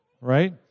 Right